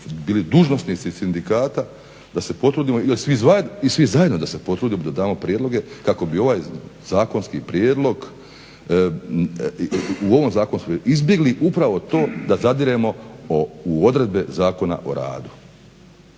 bili dužnosnici sindikata da se potrudimo i svi zajedno da se potrudimo, da damo prijedloge kako bi u ovom zakonskom prijedlogu izbjegli upravo to da zadiremo u odredbe Zakona o radu.